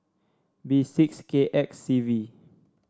B six K X C V